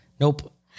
Nope